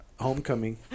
homecoming